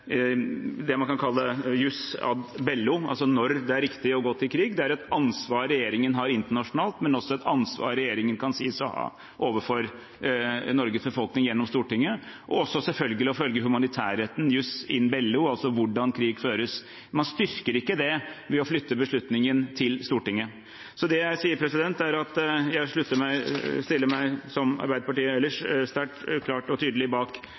det man kan kalle jus ad bellum, med tanke på når det er riktig å gå til krig – det er et ansvar regjeringen har internasjonalt, men også et ansvar regjeringen kan sies å ha overfor Norges befolkning, gjennom Stortinget – og for det andre selvfølgelig også at man følger humanitærretten, jus in bello, altså med tanke på hvordan krig føres. Man styrker ikke det ved å flytte beslutningen til Stortinget. Det jeg sier, er at jeg, som Arbeiderpartiet ellers, stiller meg sterkt, klart og tydelig bak